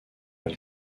pas